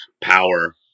power